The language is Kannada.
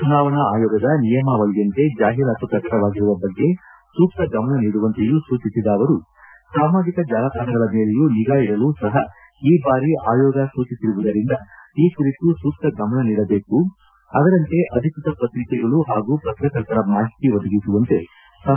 ಚುನಾವಣಾ ಅಯೋಗದ ನಿಯಮಾವಳಿಯಂತೆ ಜಾಹೀರಾತು ಪ್ರಕಟವಾಗಿರುವ ಬಗ್ಗೆ ಸೂಕ್ತ ಗಮನ ನೀಡುವಂತೆಯೂ ಸೂಚಿಸಿದ ಅವರು ಸಾಮಾಜಿಕ ಜಾಲತಾಣಗಳ ಮೇಲೆಯೂ ನಿಗಾ ಇಡಲು ಸಹ ಈ ಬಾರಿ ಆಯೋಗ ಸೂಚಿಸಿರುವುದರಿಂದ ಈ ಕುರಿತು ಸೂಕ್ತ ಗಮನ ನೀಡಬೇಕು ಅದರಂತೆ ಅಧಿಕೃತ ಪತ್ರಿಕೆಗಳು ಹಾಗೂ ಪತ್ರಕರ್ತರ ಮಾಹಿತಿ ಒದಗಿಸುವಂತೆ ಸಂಬಂಧಪಟ್ಟ ಅಧಿಕಾರಿಗಳಿಗೆ ಸೂಚನೆ ನೀಡಿದರು